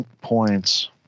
Points